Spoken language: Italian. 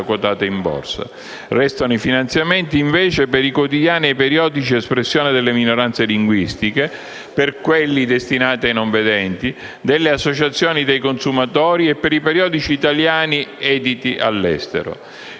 quotate in borsa. Restano i finanziamenti, invece, per i quotidiani e i periodici espressione delle minoranze linguistiche, per quelli destinati a non vedenti, delle associazioni dei consumatori e per i periodici italiani editi all'estero.